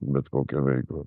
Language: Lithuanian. bet kokią veiklą